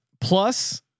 plus